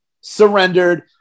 surrendered